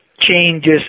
changes